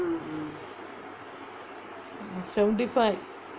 seventy five